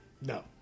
No